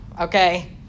okay